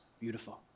beautiful